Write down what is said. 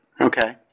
Okay